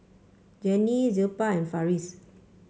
Genie Zilpah and Farris